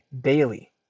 daily